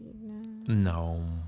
No